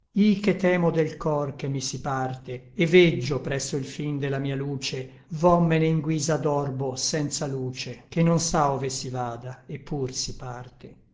che temo del cor che mi si parte et veggio presso il fin de la mia luce vommene in guisa d'orbo senza luce che non sa ove si vada et pur si parte